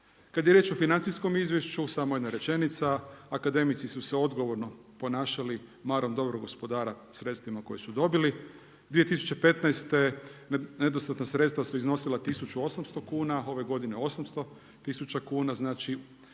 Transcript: Kada je riječ o financijskom izvješću, samo jedna rečenica, akademici su se odgovorno ponašali marom dobrog gospodara, sredstvima koje su dobili. 2015. nedostatna sredstva su iznosila 1800 kuna, ove godine 800 tisuća kuna, znači